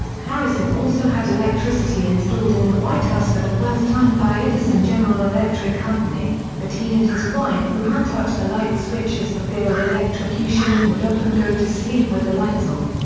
harrison also had electricity installed in the white house for the first time by edison general electric company, but he and his wife would not touch the light switches for fear of electrocution and would often go to sleep with the lights on.